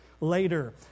later